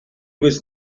was